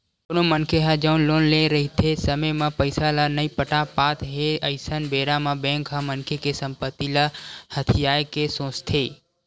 कोनो मनखे ह जउन लोन लेए रहिथे समे म पइसा ल नइ पटा पात हे अइसन बेरा म बेंक ह मनखे के संपत्ति ल हथियाये के सोचथे